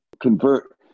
convert